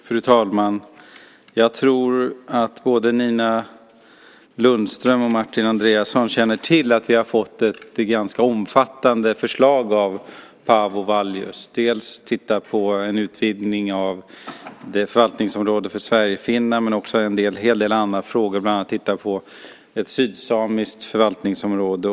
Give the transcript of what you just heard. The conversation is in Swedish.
Fru talman! Jag tror att både Nina Lundström och Martin Andreasson känner till att vi har fått ett ganska omfattande förslag av Paavo Vallius. Det gäller att dels titta på en utvidgning av förvaltningsområdet för sverigefinnar men också en hel del andra frågor, bland annat att titta på ett sydsamiskt förvaltningsområde.